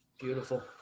Beautiful